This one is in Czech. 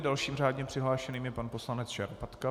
Dalším řádně přihlášeným je pan poslanec Šarapatka.